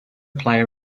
player